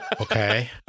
okay